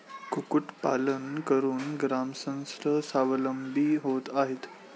कुक्कुटपालन करून ग्रामस्थ स्वावलंबी होत आहेत